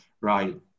right